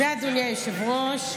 היושב-ראש.